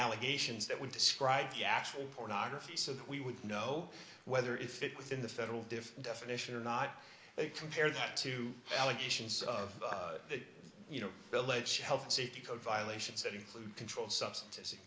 allegations that would describe the actual pornography so that we would know whether it fit within the federal different definition or not they compare that to allegations of you know village health safety code violations that include controlled substances in